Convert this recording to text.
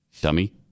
dummy